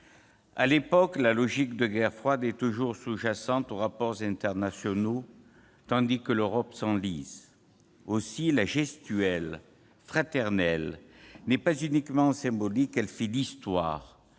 À l'époque, la logique de guerre froide est toujours sous-jacente aux rapports internationaux, tandis que l'Europe s'enlise. Aussi cette gestuelle fraternelle n'est-elle pas uniquement symbolique ; elle fait l'histoire,